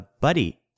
Buddy